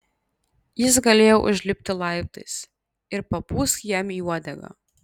jis galėjo užlipti laiptais ir papūsk jam į uodegą